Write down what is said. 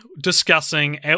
discussing